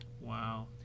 wow